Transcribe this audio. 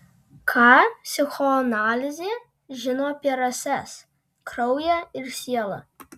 ką psichoanalizė žino apie rases kraują ir sielą